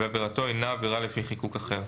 ועבירתו אינה עבירה לפי חיקוק אחר,